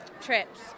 trips